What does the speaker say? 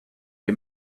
ihm